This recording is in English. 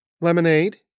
Lemonade